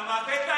אתה מעוות את,